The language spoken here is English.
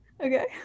Okay